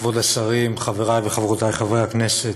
כבוד השרים, חברי וחברותי חברי הכנסת,